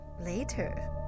later